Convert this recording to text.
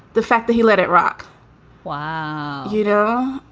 the fact that he let it rock y you know,